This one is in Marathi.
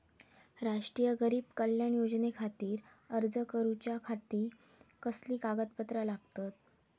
राष्ट्रीय गरीब कल्याण योजनेखातीर अर्ज करूच्या खाती कसली कागदपत्रा लागतत?